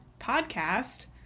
podcast